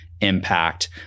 impact